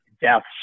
deaths